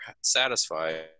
satisfied